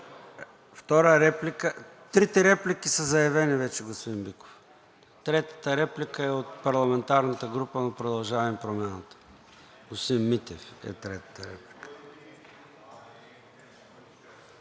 Трите реплики са заявени вече, господин Биков. Третата реплика е от парламентарната група на „Продължаваме Промяната“. На господин Митев е третата реплика.